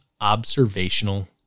observational